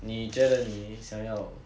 你觉得你想要